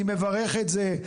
אני מברך את זה,